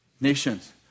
nations